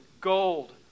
gold